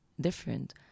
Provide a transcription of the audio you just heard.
different